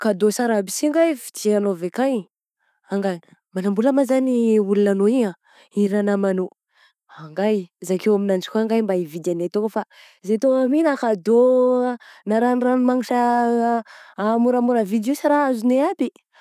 Cadeaux sara aby si nga vidianao avy akany, angany manambola ma zany io olognanao io ah? I raha namanao, angahy! Zakao aminanjy koa anga mba hividy any tôgna fa zay tô any my na cadeaux ah na ranodranomangitra moramora vidy io sa raha azonay aby.